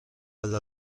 alla